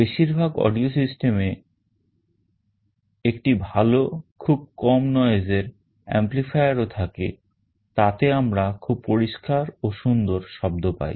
বেশিরভাগ audio systemএ একটি ভালো খুব কম noiseএর amplifier থাকে তাতে আমরা খুব পরিষ্কার ও সুন্দর শব্দ পাই